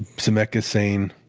zemeckis saying